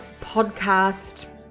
podcast